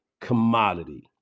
commodity